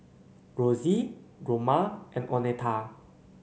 Rosy Roma and Oneta